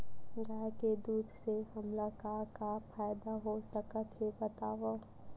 गाय के दूध से हमला का का फ़ायदा हो सकत हे बतावव?